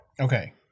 Okay